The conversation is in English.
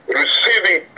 receiving